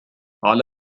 على